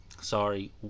Sorry